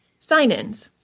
sign-ins